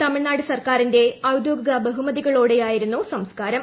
തൃമിഴ്നാട് സർക്കാരിന്റെ ഔദ്യോഗിക ബഹുമതികളോടെയായിരുന്നു സംസ്കാരം